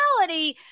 reality